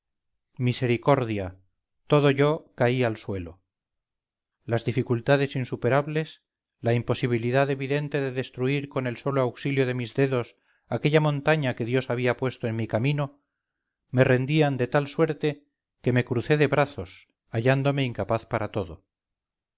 misericordia todo yo caí al suelo las dificultades insuperables la imposibilidad evidente de destruir con el solo auxilio de mis dedos aquella montaña que dios había puesto en mi camino me rendían de tal suerte que me crucé de brazos hallándome incapaz para todo